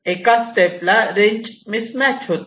एका स्टेपस्ला range miss match होते